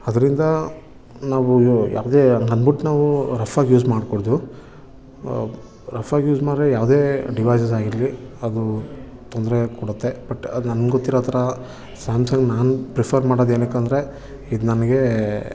ಅದರಿಂದ ನಾವು ಯಾವುದೇ ಅಂದ್ಬಿಟ್ಟು ನಾವು ರಫ್ಫಾಗಿ ಯೂಸ್ ಮಾಡಕೂಡ್ದು ರಫ್ಫಾಗಿ ಯೂಸ್ ಮಾಡ್ದ್ರೆ ಯಾವುದೇ ಡಿವೈಸಸ್ ಆಗಿರಲಿ ಅದು ತೊಂದರೆ ಕೊಡುತ್ತೆ ಬಟ್ ಅದು ನನ್ಗೆ ಗೊತ್ತಿರೋ ಥರ ಸ್ಯಾಮ್ಸಂಗ್ ನಾನು ಪ್ರಿಫರ್ ಮಾಡೋದೇತಕ್ಕೆಂದರೆ ಇದು ನನಗೆ